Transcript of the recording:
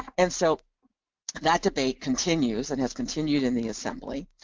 and so that debate continues and has continued in the assembly,